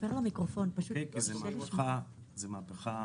זו מהפכה